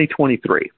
2023